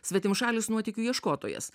svetimšalis nuotykių ieškotojas